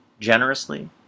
generously